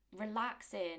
relaxing